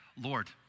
Lord